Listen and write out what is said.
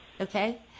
okay